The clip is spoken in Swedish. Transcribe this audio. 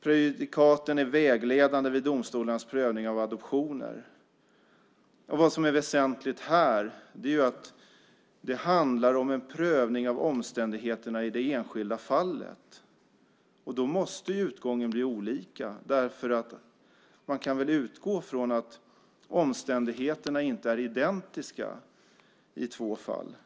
Prejudikaten är vägledande vid domstolarnas prövning av adoptioner. Vad som är väsentligt här är att det handlar om en prövning av omständigheterna i det enskilda fallet. Då måste utgången bli olika. Man kan utgå från att omständigheterna inte är identiska i två fall.